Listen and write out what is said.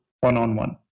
one-on-one